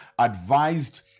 advised